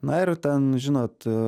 na ir ten žinot